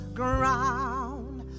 ground